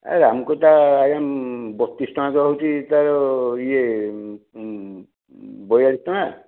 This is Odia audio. ରାମକୋଟା ଆଜ୍ଞା ବତିଶି ଟଙ୍କା ତା'ର ହେଉଛି ଇଏ ବୟାଳିଶି ଟଙ୍କା